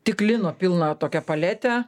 tik lino pilna tokią paletę